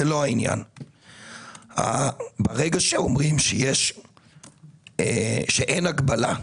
ברגע שאומרים שאין הגבלה,